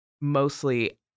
mostly